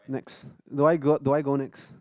next do I go do I go next